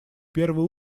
первый